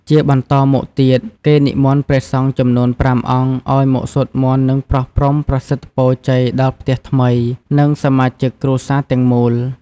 ជាបន្តមកទៀត គេនិមន្តព្រះសង្ឃចំនួនប្រាំអង្គឲ្យមកសូត្រមន្តនឹងប្រោះព្រំប្រសិទ្ធពរជ័យដល់ផ្ទះថ្មី និងសមាជិកគ្រួសារទាំងមូល។